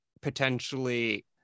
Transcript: potentially